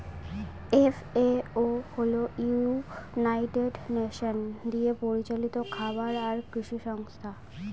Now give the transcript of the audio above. FAO হল United Nation দিয়ে পরিচালিত খাবার আর কৃষি সংস্থা